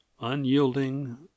unyielding